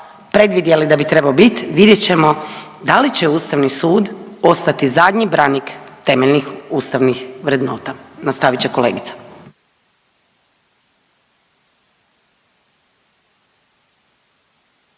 predvidjeli da bi trebali biti, vidjet ćemo da li će Ustavni sud ostati zadnji branik temeljnih ustavnih vrednota. Nastavit će kolegica.